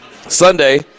Sunday